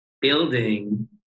building